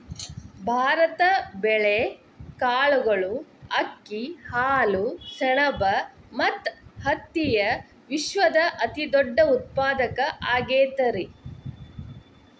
ಭಾರತ ಬೇಳೆ, ಕಾಳುಗಳು, ಅಕ್ಕಿ, ಹಾಲು, ಸೆಣಬ ಮತ್ತ ಹತ್ತಿಯ ವಿಶ್ವದ ಅತಿದೊಡ್ಡ ಉತ್ಪಾದಕ ಆಗೈತರಿ